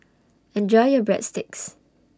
Enjoy your Breadsticks